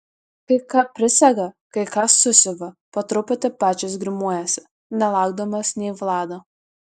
kai ką prisega kai ką susiuva po truputį pačios grimuojasi nelaukdamos nei vlado